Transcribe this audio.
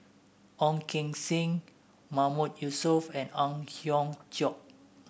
Ong Keng Sen Mahmood Yusof and Ang Hiong Chiok